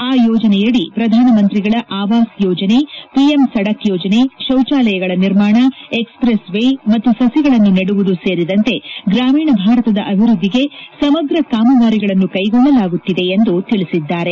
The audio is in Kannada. ಆ ಯೋಜನೆಯಡಿ ಪ್ರಧಾನ ಮಂತ್ರಿಗಳ ಆವಾಸ್ ಯೋಜನೆ ಪಿಎಂ ಸಡಕ್ ಯೋಜನೆ ಶೌಚಾಲಯಗಳ ನಿರ್ಮಾಣ ಎಕ್ಸ್ಪ್ರೆಸ್ ವೇ ಮತ್ತು ಸಭಗಳನ್ನು ನೆಡುವುದು ಸೇರಿದಂತೆ ಗ್ರಾಮೀಣ ಭಾರತದ ಅಭಿವೃದ್ಧಿಗೆ ಸಮಗ್ರ ಕಾಮಗಾರಿಗಳನ್ನು ಕೈಗೆತ್ತಿಕೊಳ್ಳಲಾಗುತ್ತಿದೆ ಎಂದು ತಿಳಿಸಿದ್ದಾರೆ